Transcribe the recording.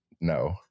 no